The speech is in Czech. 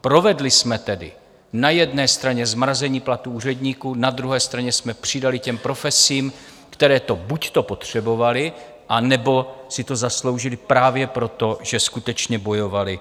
Provedli jsme tedy na jedné straně zmrazení platů úředníků, na druhé straně jsme přidali těm profesím, které to buďto potřebovaly, anebo si to zasloužily právě proto, že skutečně bojovaly,